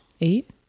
Eight